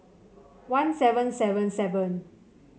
one seven seven seven